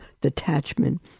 detachment